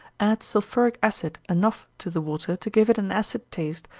add sulphuric acid enough to the water to give it an acid taste,